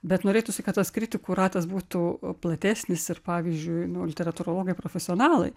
bet norėtųsi kad tas kritikų ratas būtų platesnis ir pavyzdžiui literatūrologai profesionalai